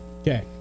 Okay